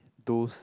those